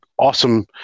awesome